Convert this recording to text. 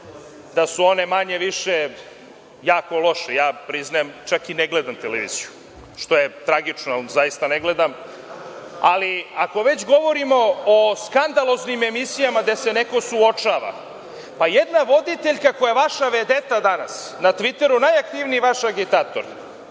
da su one manje-više jako loše. Ja priznajem čak i ne gledam televiziju, što je tragično, zaista ne gledam, ali, ako već govorimo o skandaloznim emisijama gde se neko suočava, pa jedna voditeljka koja je vaša vedeta danas, na Tviteru najaktivniji vaš agitator,